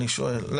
אני שואל,